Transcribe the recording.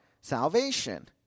salvation